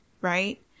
right